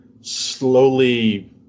slowly